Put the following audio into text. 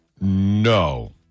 No